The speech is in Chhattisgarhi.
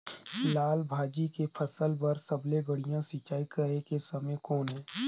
लाल भाजी के फसल बर सबले बढ़िया सिंचाई करे के समय कौन हे?